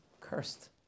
cursed